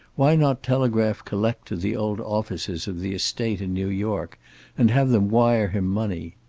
why not telegraph collect to the old offices of the estate in new york and have them wire him money?